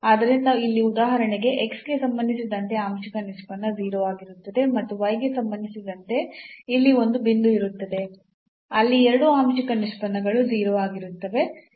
ಆದ್ದರಿಂದ ಇಲ್ಲಿ ಉದಾಹರಣೆಗೆ x ಗೆ ಸಂಬಂಧಿಸಿದಂತೆ ಆಂಶಿಕ ನಿಷ್ಪನ್ನ 0 ಆಗಿರುತ್ತದೆ ಮತ್ತು y ಗೆ ಸಂಬಂಧಿಸಿದಂತೆ ಇಲ್ಲಿ ಒಂದು ಬಿಂದು ಇರುತ್ತದೆ ಅಲ್ಲಿ ಎರಡೂ ಆಂಶಿಕ ನಿಷ್ಪನ್ನಗಳು 0 ಆಗಿರುತ್ತವೆ